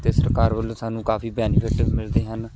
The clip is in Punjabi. ਅਤੇ ਸਰਕਾਰ ਵੱਲੋਂ ਸਾਨੂੰ ਕਾਫੀ ਬੈਨੀਫਿਟ ਮਿਲਦੇ ਹਨ